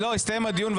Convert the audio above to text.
הסתיים הדיון.